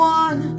one